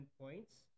points